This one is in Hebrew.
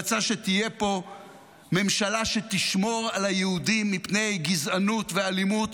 הוא רצה שתהיה פה ממשלה שתשמור על היהודים מפני גזענות ואלימות,